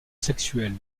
sexuel